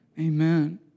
Amen